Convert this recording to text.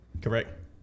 correct